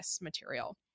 material